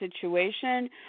situation